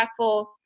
impactful